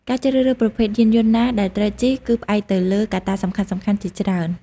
ការជ្រើសរើសប្រភេទយានយន្តណាដែលត្រូវជិះគឺផ្អែកទៅលើកត្តាសំខាន់ៗជាច្រើន។